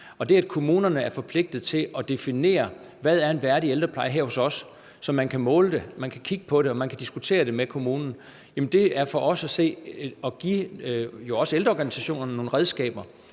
At kommunerne er forpligtet til at definere, hvad værdig ældrepleje er hos dem, så man kan måle det, kigge på det, diskutere med kommunen, er for os at se noget, der giver ældreorganisationerne nogle redskaber,